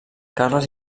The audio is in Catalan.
carles